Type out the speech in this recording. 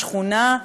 השכונה,